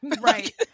right